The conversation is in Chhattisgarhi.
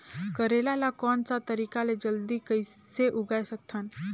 करेला ला कोन सा तरीका ले जल्दी कइसे उगाय सकथन?